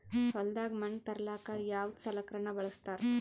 ಹೊಲದಾಗ ಮಣ್ ತರಲಾಕ ಯಾವದ ಸಲಕರಣ ಬಳಸತಾರ?